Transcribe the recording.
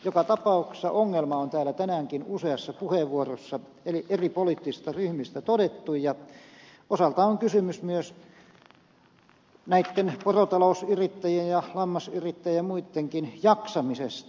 joka tapauksessa ongelma on täällä tänäänkin useassa puheenvuorossa eri poliittisista ryhmistä todettu ja osaltaan on kysymys myös näitten porotalousyrittäjien ja lammasyrittäjien ja muittenkin jaksamisesta